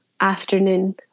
afternoon